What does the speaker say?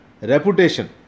reputation